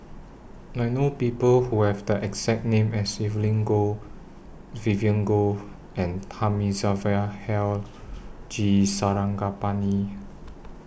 I know People Who Have The exact name as Evelyn Goh Vivien Goh and Thamizhavel Hill G Sarangapani